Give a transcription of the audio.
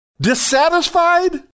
Dissatisfied